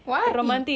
what is